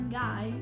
guy